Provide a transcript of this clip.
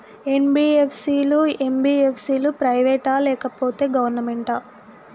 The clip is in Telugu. ఎన్.బి.ఎఫ్.సి లు, ఎం.బి.ఎఫ్.సి లు ప్రైవేట్ ఆ లేకపోతే గవర్నమెంటా?